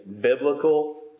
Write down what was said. biblical